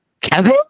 Kevin